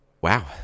wow